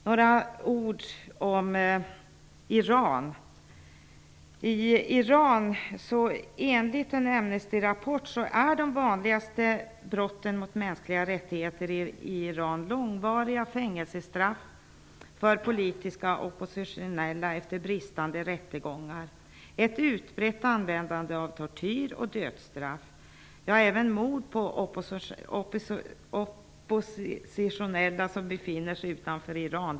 Några ord om Iran: Enligt en Amnestyrapport är de vanligaste brotten mot mänskliga rättigheter i Iran långvariga fängelsestraff för politiskt oppositionella efter bristande rättegångar, ett utbrett användande av tortyr och dödsstraff och även mord på oppositionella som befinner sig utanför Iran.